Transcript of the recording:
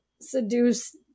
seduce